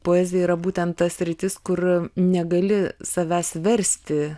poezija yra būtent ta sritis kur negali savęs versti